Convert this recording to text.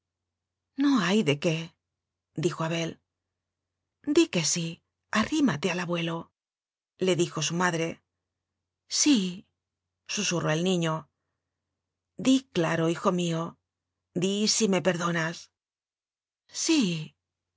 no hay de quédijo abel di que sí arrímate al abuelole dijo su madre sí susurró el niño di claro hijo mío di si me perdonas sí